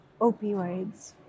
opioids